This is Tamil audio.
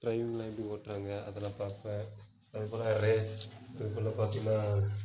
ட்ரைவிங்குலாம் எப்படி ஓட்டுறாங்க அதலாம் பார்ப்பேன் அதேபோல் ரேஸ் இதேபோல் பார்த்திங்கனா